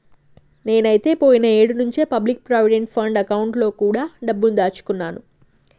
నేనైతే పోయిన ఏడు నుంచే పబ్లిక్ ప్రావిడెంట్ ఫండ్ అకౌంట్ లో కూడా డబ్బుని దాచుకున్నాను